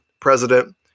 president